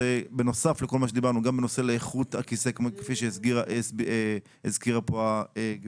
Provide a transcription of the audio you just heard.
בנוסף לכל מה שדיברנו גם בנושא של איכות הכיסא כפי שהזכירה פה הגברת,